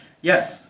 Yes